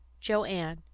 Joanne